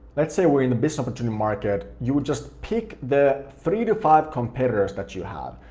let's say we're in the business opportunity market, you would just pick the three to five competitors that you have.